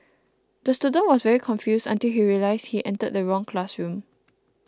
the student was very confused until he realised he entered the wrong classroom